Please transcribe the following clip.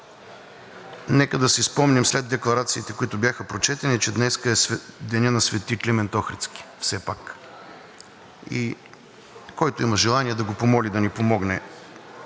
Нека да си спомним след декларациите, които бяха прочетени, че днес е денят на Св. Климент Охридски, все пак, който има желание, да го помоли да ни помогне